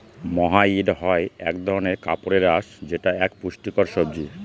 মহাইর হয় এক ধরনের কাপড়ের আঁশ যেটা এক পুষ্টিকর সবজি